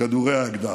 כדורי האקדח.